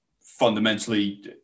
fundamentally